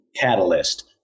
catalyst